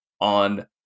on